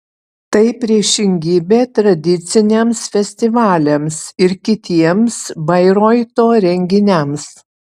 tai priešingybė tradiciniams festivaliams ir kitiems bairoito renginiams